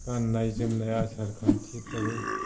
गाननाय जोमनाय आसार खान्थिफोराबो